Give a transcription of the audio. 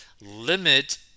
limit